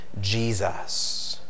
Jesus